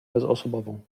bezosobową